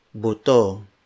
buto